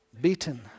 beaten